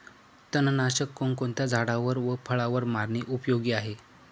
तणनाशक कोणकोणत्या झाडावर व फळावर मारणे उपयोगी आहे?